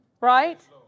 right